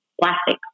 plastic